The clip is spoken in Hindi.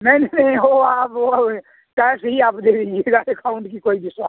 नहीं नहीं वो आप वो कैस ही आप दे दीजिएगा एकाउंट की कोई विश्वास